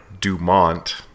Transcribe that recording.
Dumont